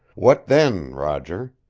what, then, roger?